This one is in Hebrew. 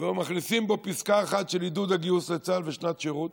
ומכניסים בו פסקה אחת של עידוד הגיוס לצה"ל ושנת שירות.